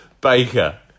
Baker